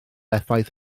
effaith